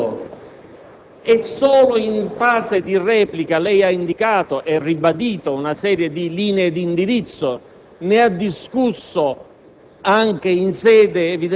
Tutto ciò non è avvenuto. Solo in fase di replica lei ha indicato e ribadito una serie di linee di indirizzo. Ne ha discusso